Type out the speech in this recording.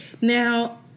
Now